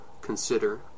consider